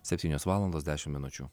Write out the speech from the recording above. septynios valandos dešimt minučių